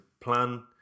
plan